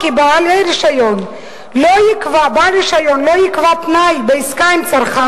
כבוד היושב-ראש, תודה, כבוד השר,